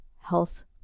health